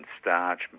starch